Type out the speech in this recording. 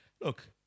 look